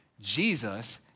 Jesus